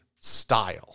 style